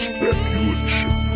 Speculation